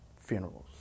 funerals